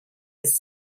his